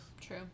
True